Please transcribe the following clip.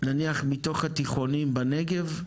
נניח מתוך התיכונים בנגב,